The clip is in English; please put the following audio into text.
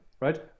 right